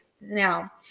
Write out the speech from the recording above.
Now